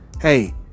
Hey